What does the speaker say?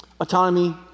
autonomy